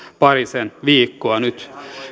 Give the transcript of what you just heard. parisen viikkoa nyt